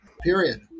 period